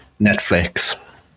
Netflix